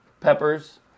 peppers